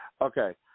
Okay